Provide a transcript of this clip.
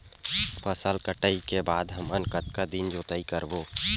फसल कटाई के बाद हमन कतका दिन जोताई करबो?